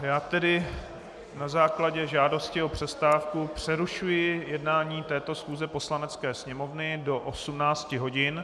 Já tedy na základě žádosti o přestávku přerušuji jednání této schůze Poslanecké sněmovny do 18 hodin.